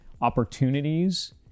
opportunities